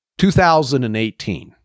2018